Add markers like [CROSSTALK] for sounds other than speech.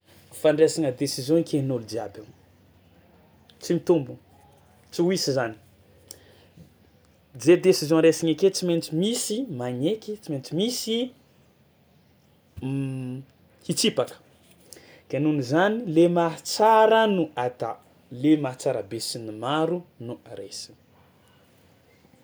Fandraisana décision eken'ôlo jiaby io tsy mitombono, tsy ho hisy zany, zay décision raisiny ake tsy maintsy misy magnaiky, tsy maintsy misy [HESITATION] hitsipaka ke nohon'izany le mahatsara no ata le mahatsara besinimaro no raisina.